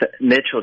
Mitchell